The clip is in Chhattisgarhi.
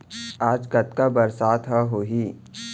आज कतका बरसात ह होही?